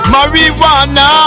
Marijuana